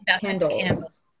candles